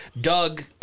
Doug